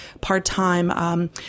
part-time